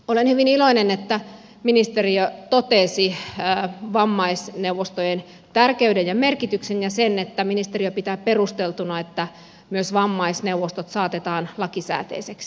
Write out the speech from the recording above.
olen hyvin iloinen että ministeriö totesi vammaisneuvostojen tärkeyden ja merkityksen ja sen että ministeriö pitää perusteltuna että myös vammaisneuvostot saatetaan lakisääteisiksi